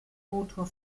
motor